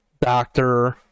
doctor